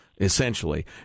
essentially